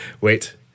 wait